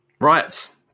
Right